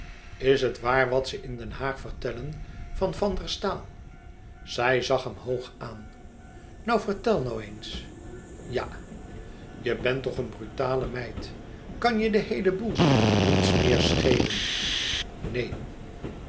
is het waar wat ze in den haag vertellen van van der taal e ids aargang ij zag hem hoog aan nou vertel nou eens ja je bent toch een brutale meid kan je de heele boel niets meer schelen neen